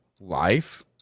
life